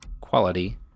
quality